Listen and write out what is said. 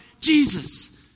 Jesus